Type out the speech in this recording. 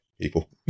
people